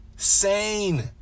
Sane